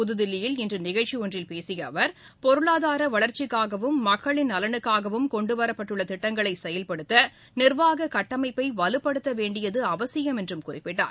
புதுதில்லியில் இன்று நிகழ்ச்சி ஒன்றில் பேசிய அவர் பொருளாதார வளர்ச்சிக்காகவும் மக்களின் நலனுக்காகவும் கொண்டுவரப்பட்டுள்ள திட்டங்களை செயல்படுத்த நிர்வாக கட்டமைப்பை வலுப்படுத்த வேண்டியது அவசியம் என்றும் குறிப்பிட்டார்